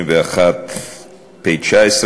פ/1051/19,